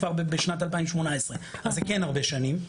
אז זה כן הרבה שנים,